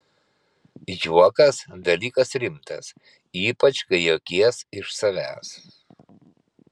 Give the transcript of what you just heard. juokas dalykas rimtas ypač kai juokies iš savęs